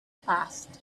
passed